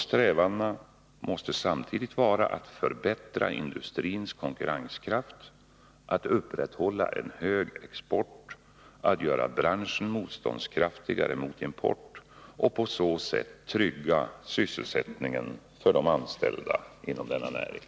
Strävandena måste samtidigt vara att förbättra industrins konkurrenskraft, att upprätthålla en hög export, att göra branschen motståndskraftigare mot import och på så sätt trygga sysselsättningen för de anställda inom denna näring.